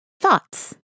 thoughts